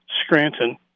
Scranton